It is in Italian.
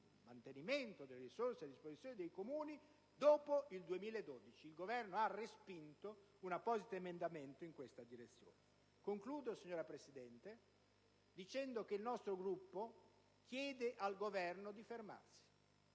il mantenimento delle risorse a disposizione dei Comuni dopo il 2012; il Governo ha infatti respinto un apposito emendamento in questa direzione. Concludo, signora Presidente, dicendo che il nostro Gruppo chiede al Governo di fermarsi.